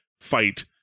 fight